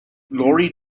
lorry